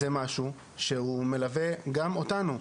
זה משהו שהוא מלווה גם אותנו,